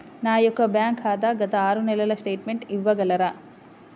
నా యొక్క బ్యాంక్ ఖాతా గత ఆరు నెలల స్టేట్మెంట్ ఇవ్వగలరా?